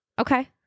okay